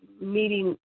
meeting